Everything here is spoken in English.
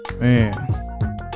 man